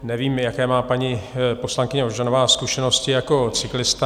Nevím, jaké má paní poslankyně Ožanová zkušenosti jako cyklista.